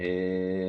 באוניברסיטת תל אביב.